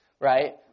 right